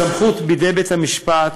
הסמכות היא בידי בית-המשפט,